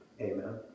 Amen